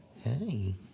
Hey